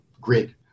grid